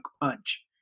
punch